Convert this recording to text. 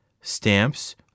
stamps